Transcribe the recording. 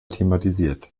thematisiert